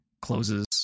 closes